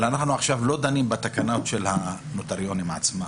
אבל עכשיו אנחנו לא דנים בתקנות של הנוטריונים עצמם,